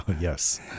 Yes